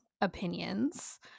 opinions